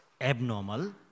abnormal